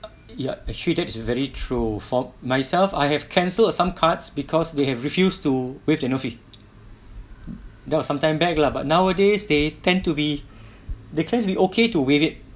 ya actually that's very true for myself I have cancelled some cards because they have refused to waive annual fee that was sometime back lah but nowadays they tend to be they tends to be okay to waive it